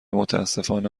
متاسفانه